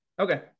Okay